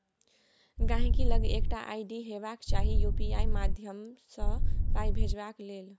गांहिकी लग एकटा आइ.डी हेबाक चाही यु.पी.आइ माध्यमसँ पाइ भेजबाक लेल